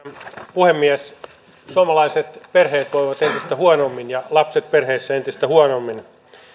puhemies suomalaiset perheet voivat entistä huonommin ja lapset perheessä entistä huonommin